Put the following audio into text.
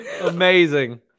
Amazing